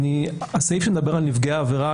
הסעיף שמדבר על נפגעי עבירה,